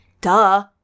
Duh